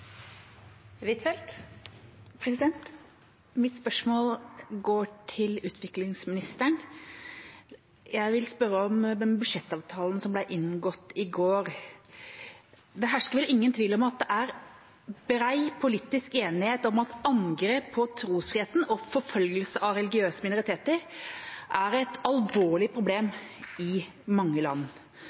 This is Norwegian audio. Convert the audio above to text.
Mitt spørsmål går til utviklingsministeren. Jeg vil spørre om den budsjettavtalen som ble inngått i går. Det hersker vel ingen tvil om at det er bred politisk enighet om at angrep på trosfriheten og forfølgelse av religiøse minoriteter er et alvorlig problem i mange land.